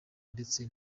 ndetse